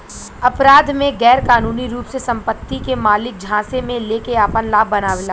अपराध में गैरकानूनी रूप से संपत्ति के मालिक झांसे में लेके आपन लाभ बनावेला